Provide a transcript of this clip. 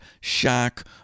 Shock